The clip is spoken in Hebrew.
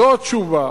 זו התשובה.